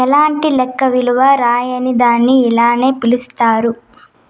ఎలాంటి లెక్క విలువ రాయని దాన్ని ఇలానే పిలుత్తారు